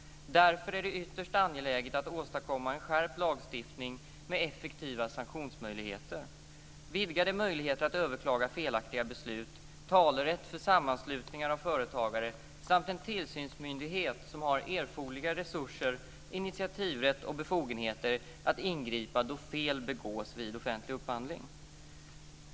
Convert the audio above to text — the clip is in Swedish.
Därför är det ytterst angeläget att åstadkomma en skärpt lagstiftning med effektiva sanktionsmöjligheter, vidgade möjligheter att överklaga felaktiga beslut, talerätt för sammanslutningar av företagare samt en tillsynsmyndighet som har erforderliga resurser, initiativrätt och befogenheter att ingripa då fel begås vid offentlig upphandling.